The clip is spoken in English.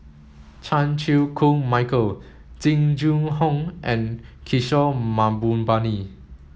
Chan Chew Koon Michael Jing Jun Hong and Kishore Mahbubani